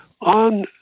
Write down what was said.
on